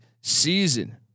season